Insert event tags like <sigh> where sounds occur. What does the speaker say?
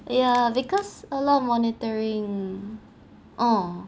yeah <noise> because a lot of monitoring oh